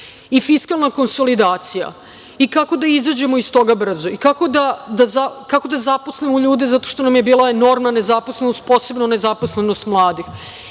i fiskalna konsolidacija i kako da izađemo iz toga brzo, kako da zaposlimo ljude zato što nam je bila enormna nezaposlenost, posebno nezaposlenost mladih,